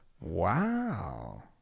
Wow